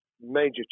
major